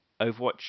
overwatch